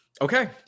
Okay